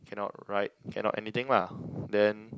cannot write cannot anything lah then